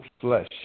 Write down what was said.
flesh